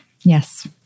yes